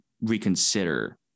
reconsider